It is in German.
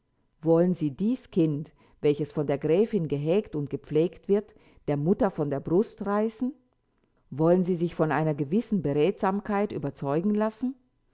wollen sie dies kind welches von der gräfin gehegt und gepflegt wird der mutter von der brust reißen wollen sie sich von einer gewissen beredsamkeit überzeugen lassen